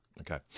Okay